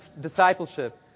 discipleship